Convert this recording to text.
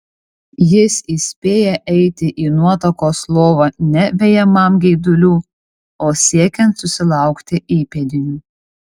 jis įspėja eiti į nuotakos lovą ne vejamam geidulių o siekiant susilaukti įpėdinių